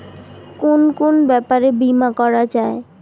কুন কুন ব্যাপারে বীমা করা যায়?